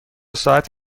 ساعت